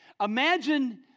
Imagine